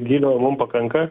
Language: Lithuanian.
gylio mum pakanka